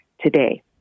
today